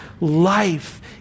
life